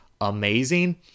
amazing